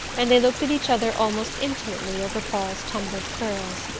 and they looked at each other almost intimately over paul's tumbled curls.